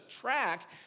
track